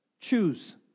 choose